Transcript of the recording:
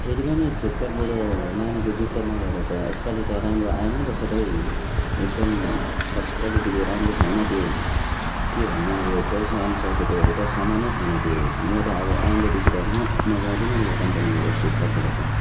फेरि पनि फ्लिपकार्टबाट नानीको जुत्ता मगाएको त यसपाली त राम्रो आएन रहेछ त हौ एकदम थर्ड क्वालिटीको राम्रो छैन त्यो के भन्नु अब पैसा अनुसारको त एउटा सामानै छैन त्यो म त अब आइन्दादेखि त अहँ मगाउँदिन यो कम्पनीबाट फ्लिपकार्टबाट त